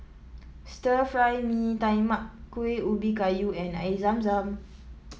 Stir Fry Mee Tai Mak Kuih Ubi Kayu and Air Zam Zam